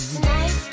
Tonight